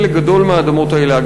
חלק גדול מהאדמות האלה,